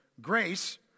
Grace